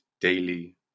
daily